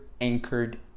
anchored